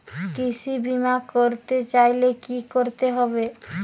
কৃষি বিমা করতে চাইলে কি করতে হবে?